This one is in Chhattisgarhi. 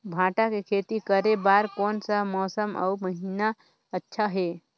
भांटा के खेती करे बार कोन सा मौसम अउ महीना अच्छा हे?